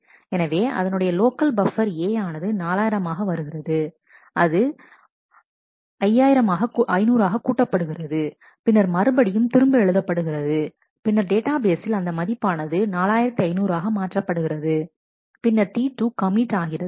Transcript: எனவே அதனுடைய local buffer A ஆனது 4000 ஆக வருகிறது அது 500 ஆக கூட்டப்படுகிறது பின்னர் மறுபடியும் திரும்ப எழுதப்படுகிறது பின்னர் டேட்டாபேஸில் அந்த மதிப்பானது4500 ஆக மாற்றப்படுகிறது பின்னர் T2 கமிட் ஆகிறது